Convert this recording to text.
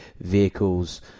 vehicles